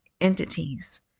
entities